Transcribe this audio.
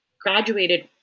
graduated